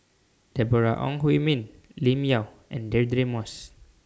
Deborah Ong Hui Min Lim Yau and Deirdre Moss